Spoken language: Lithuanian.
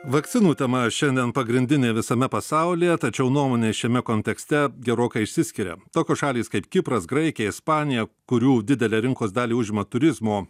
vakcinų tema šiandien pagrindinė visame pasaulyje tačiau nuomonės šiame kontekste gerokai išsiskiria tokios šalys kaip kipras graikija ispanija kurių didelę rinkos dalį užima turizmo